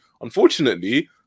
Unfortunately